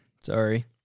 Sorry